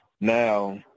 Now